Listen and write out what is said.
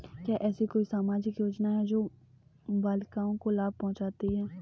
क्या ऐसी कोई सामाजिक योजनाएँ हैं जो बालिकाओं को लाभ पहुँचाती हैं?